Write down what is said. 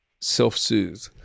self-soothe